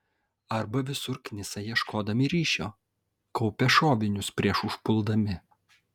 arba visur knisa ieškodami ryšio kaupia šovinius prieš užpuldami